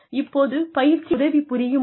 இப்போது பயிற்சி உதவிப்புரியுமா